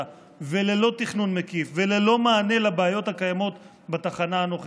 וללא תכנון מקיף וללא מענה לבעיות הקיימות בתחנה הנוכחית?